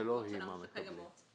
זה קיים 22 שנים.